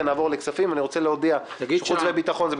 וועדה זמנית לענייני חוץ וביטחון,